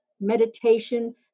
meditation